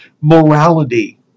morality